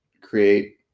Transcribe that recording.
create